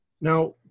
Now